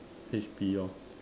H_P hor